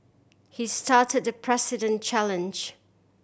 he started the President challenge